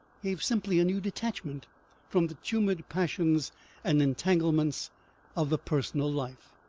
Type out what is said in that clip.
gave simply a new detachment from the tumid passions and entanglements of the personal life.